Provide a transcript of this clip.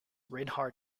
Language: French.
reinhardt